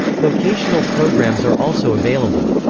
vocational programs are also available.